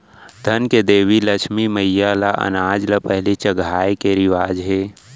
धन के देवी लक्छमी मईला ल अनाज ल पहिली चघाए के रिवाज हे